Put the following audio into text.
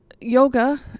yoga